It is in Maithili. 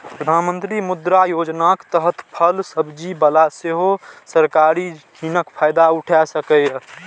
प्रधानमंत्री मुद्रा योजनाक तहत फल सब्जी बला सेहो सरकारी ऋणक फायदा उठा सकैए